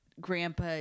Grandpa